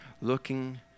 looking